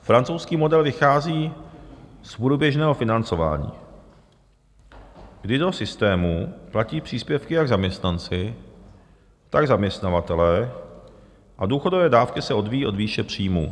Francouzský model vychází z bodu běžného financování, kdy do systému platí příspěvky jak zaměstnanci, tak zaměstnavatelé, a důchodové dávky se odvíjí od výše příjmu.